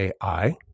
AI